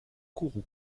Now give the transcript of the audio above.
kourou